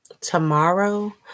tomorrow